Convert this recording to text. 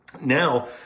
Now